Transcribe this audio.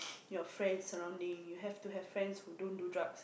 your friends surrounding you have to have friends who don't do drugs